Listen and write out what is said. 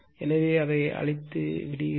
எனவே அதை அழிக்கிறேன்